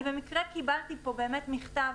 אני קיבלתי מכתב,